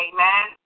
Amen